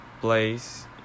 place